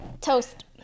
toast